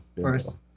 First